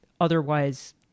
otherwise